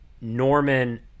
Norman